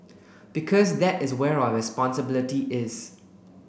because that is where our responsibility is